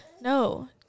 no